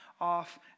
off